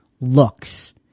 looks